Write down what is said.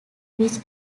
which